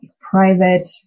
private